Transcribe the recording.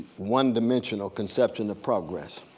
one dimensional conception of progress.